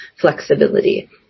flexibility